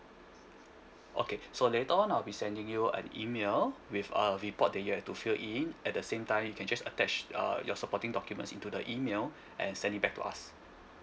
okay so later on I'll be sending you an email with a report that you have to fill in at the same time you can just attach uh your supporting documents into the email and send it back to us